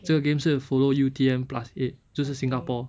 这个 games 是 follow U_T_M plus eight 就是 singapore